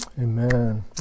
Amen